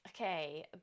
Okay